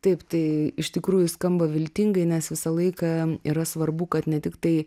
taip tai iš tikrųjų skamba viltingai nes visą laiką yra svarbu kad ne tiktai